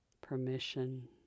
permission